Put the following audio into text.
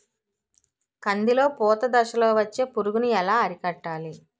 కందిలో పూత దశలో వచ్చే పురుగును ఎలా అరికట్టాలి?